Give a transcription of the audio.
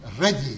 ready